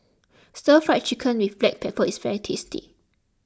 Stir Fry Chicken with Black Pepper is very tasty